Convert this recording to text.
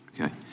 Okay